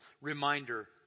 reminder